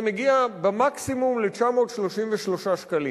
זה מגיע במקסימום ל-933 שקלים.